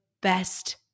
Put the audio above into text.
best